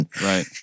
Right